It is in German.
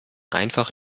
einfach